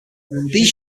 these